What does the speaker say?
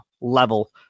level